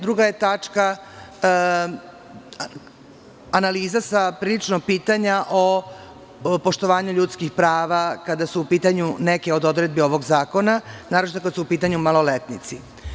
Druga tačka je analiza pitanja o poštovanju ljudskih prava kada su u pitanju neke od odredbi ovog zakona, naročito kada su u pitanju maloletnici.